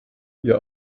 ihr